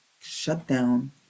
shutdown